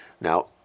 Now